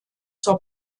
zur